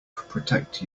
protect